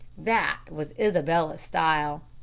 that was isabella's style.